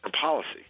policy